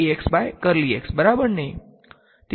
તેથી તે છે બરાબર